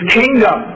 kingdom